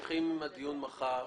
נמשיך אותו מחר.